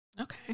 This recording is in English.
Okay